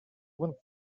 one